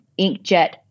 inkjet